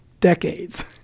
decades